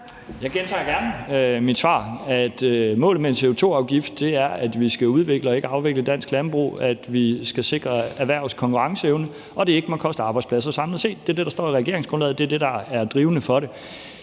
Jeg gentager gerne mit svar, altså at målet med en CO2-afgift er, at vi skal udvikle og ikke afvikle dansk landbrug, at vi skal sikre erhvervets konkurrenceevne, og at det ikke må koste arbejdspladser samlet set. Det er det, der står i regeringsgrundlaget, og det er det, der er drivende for det.